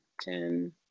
Ten